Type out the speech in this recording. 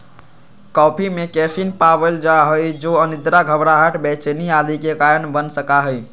coffee में caffeine पावल जा हई जो अनिद्रा, घबराहट, बेचैनी आदि के कारण बन सका हई